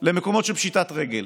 למקומות של פשיטת רגל.